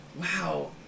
Wow